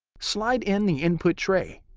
slide in the input tray.